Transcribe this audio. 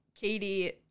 Katie